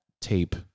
tape